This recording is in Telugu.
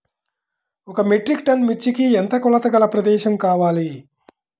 ఒక మెట్రిక్ టన్ను మిర్చికి ఎంత కొలతగల ప్రదేశము కావాలీ?